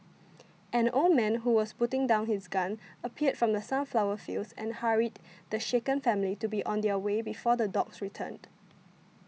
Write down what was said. an old man who was putting down his gun appeared from the sunflower fields and hurried the shaken family to be on their way before the dogs return